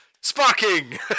sparking